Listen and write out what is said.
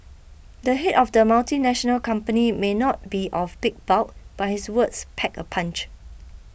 the head of the multinational company may not be of big bulk but his words pack a punch